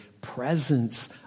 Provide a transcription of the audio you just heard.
presence